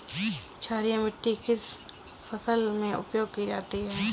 क्षारीय मिट्टी किस फसल में प्रयोग की जाती है?